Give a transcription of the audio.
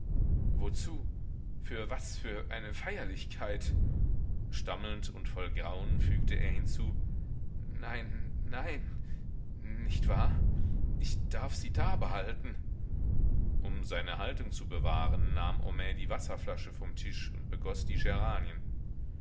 wozu für was für eine feierlichkeit stammelnd und voll grauen fügte er hinzu nein nein nicht wahr ich darf sie dabehalten um seine haltung zu bewahren nahm homais die wasserflasche vom tisch und begoß die geranien